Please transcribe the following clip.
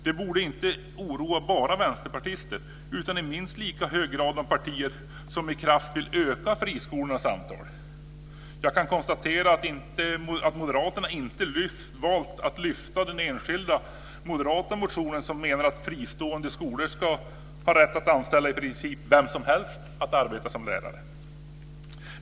Det borde inte oroa bara vänsterpartister utan i minst lika hög grad de partier som med kraft vill öka de fristående skolornas antal. Jag kan konstatera att moderaterna inte valt att lyfta fram den enskilda moderata motion som menar att fristående skolor ska ha rätt att anställa i princip vem som helst för att arbeta som lärare.